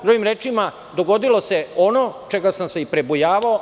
Drugim rečima, dogodilo se ono čega sam se i prebojavao.